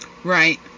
Right